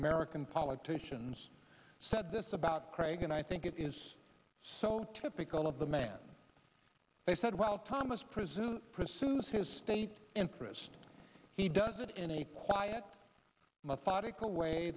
american politicians said this about craig and i think it is so typical of the man they said well thomas presume priscilla's his state interest he does it in a quiet methodical way